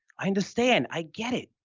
i understand, i get it.